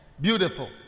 Beautiful